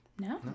No